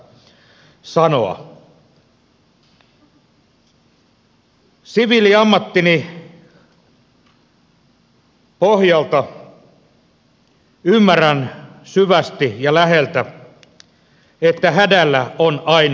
siviiliammattini pohjalta ymmärrän syvästi ja läheltä että hädällä on aina kasvot